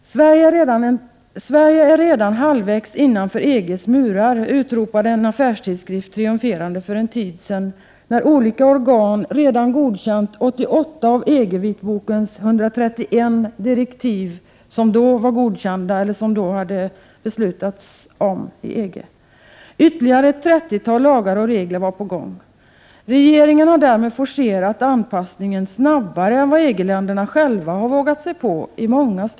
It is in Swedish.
Sverige är redan halvvägs innanför EG:s murar, utropade en affärstidskrift triumferande för en tid sedan, när olika organ redan godkänt 88 av EG-vitbokens 131 då beslutade direktiv. Ytterligare ett trettiotal lagar och regler var på gång. Regeringen har därmed i många stycken forcerat anpassningen snabbare än vad EG-länderna själva har vågat sig på.